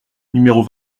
numéros